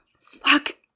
Fuck